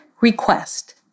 request